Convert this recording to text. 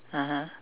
(uh huh)